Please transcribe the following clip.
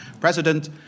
president